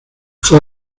fue